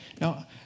Now